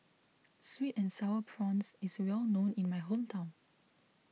Sweet and Sour Prawns is well known in my hometown